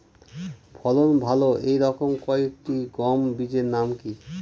ফলন ভালো এই রকম কয়েকটি গম বীজের নাম কি?